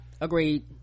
agreed